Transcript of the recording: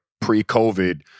pre-COVID